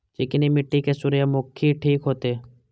चिकनी मिट्टी में सूर्यमुखी ठीक होते?